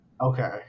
Okay